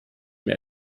mehr